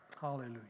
hallelujah